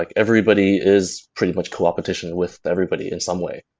like everybody is pretty much coopetition with everybody in some way.